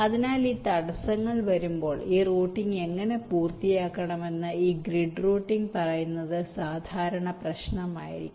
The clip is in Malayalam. അതിനാൽ ഈ തടസ്സങ്ങൾ വരുമ്പോൾ ഈ റൂട്ടിംഗ് എങ്ങനെ പൂർത്തിയാക്കണമെന്ന് ഈ ഗ്രിഡ് റൂട്ടിംഗ് പറയുന്നത് സാധാരണ പ്രശ്നമായിരിക്കും